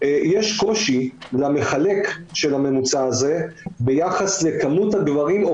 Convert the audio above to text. יש קושי למחלק של הממוצע הזה ביחס לכמות הגברים או